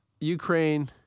Ukraine